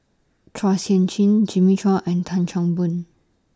Chua Sian Chin Jimmy Chua and Tan Chan Boon